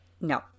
No